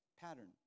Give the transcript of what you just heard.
pattern